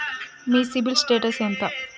మీ CIBIL status ఎంత?